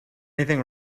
anything